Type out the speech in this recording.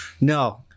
No